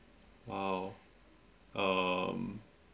!wow! um